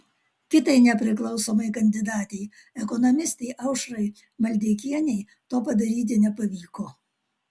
kitai nepriklausomai kandidatei ekonomistei aušrai maldeikienei to padaryti nepavyko